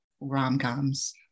rom-coms